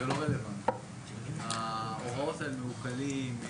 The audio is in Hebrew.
ההוראות על מעוקלים,